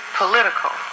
political